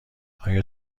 آیا